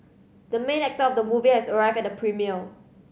the main actor of the movie has arrived at the premiere